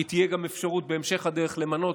כי תהיה גם אפשרות בהמשך הדרך למנות